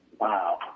wow